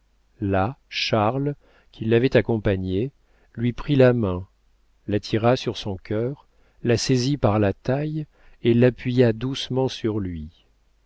là charles qui l'avait accompagnée lui prit la main l'attira sur son cœur la saisit par la taille et l'appuya doucement sur lui